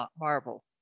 marble